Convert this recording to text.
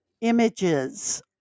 images